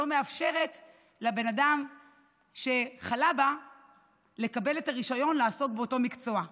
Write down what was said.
שלא מאפשרת לבן אדם שחלה בה לקבל רישיון לעסוק באותו מקצוע.